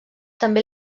també